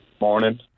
morning